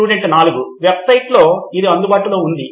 student 4 వెబ్సైట్లో ఇది అందుబాటులో ఉంది